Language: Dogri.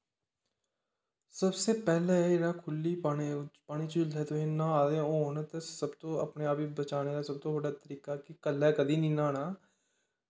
सब से पैह्लें जेह्ड़ा कुल्ली पानी च जिसलै तुस न्हा दे होन ते सब तो अपनें आप गी बचानें दा सब तो बड्डा तरीका ऐ कि कल्लै कदें नी न्हानां